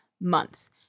months